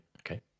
Okay